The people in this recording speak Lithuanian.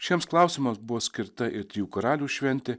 šiems klausimas buvo skirta ir trijų karalių šventė